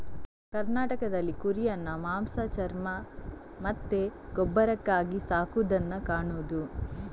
ಕರ್ನಾಟಕದಲ್ಲಿ ಕುರಿಯನ್ನ ಮಾಂಸ, ಚರ್ಮ ಮತ್ತೆ ಗೊಬ್ಬರಕ್ಕಾಗಿ ಸಾಕುದನ್ನ ಕಾಣುದು